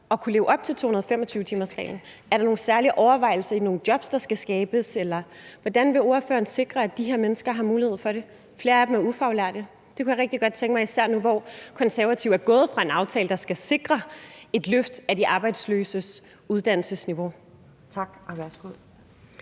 at kunne leve op til 225-timersreglen. Er der nogle særlige overvejelser om nogle jobs, der skal skabes, eller hvordan vil ordføreren sikre, at de her mennesker har mulighed for det? Flere af dem er ufaglærte. Det kunne jeg rigtig godt tænke mig at høre, især nu hvor Konservative er gået fra en aftale, der skal sikre et løft af de arbejdsløses uddannelsesniveau. Kl.